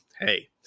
hey